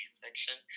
section